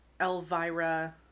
Elvira